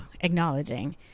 acknowledging